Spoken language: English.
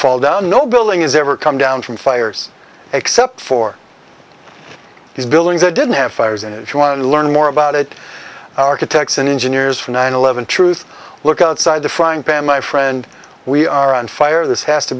fall down no building is ever come down from fires except for these buildings they didn't have fires and if you want to learn more about it architects and engineers for nine eleven truth look outside the frying pan my friend we are on fire this has to